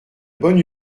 bonne